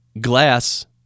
glass